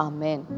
Amen